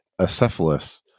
Acephalus